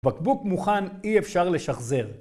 בקבוק מוכן, אי אפשר לשחזר.